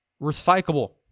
recyclable